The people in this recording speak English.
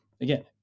Again